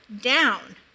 down